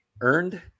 earned